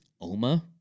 OMA